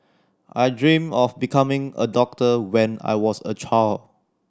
I dreamt of becoming a doctor when I was a child